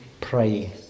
pray